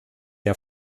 der